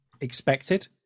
expected